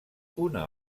una